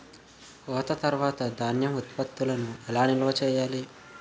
కోత తర్వాత ధాన్యం ఉత్పత్తులను ఎలా నిల్వ చేయాలి?